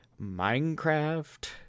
Minecraft